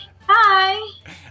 Hi